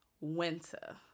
winter